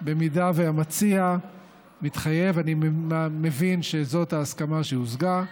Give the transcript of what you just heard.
אם המציע מתחייב ואני מבין שזאת ההסכמה שהושגה,